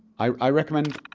i recommend